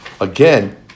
Again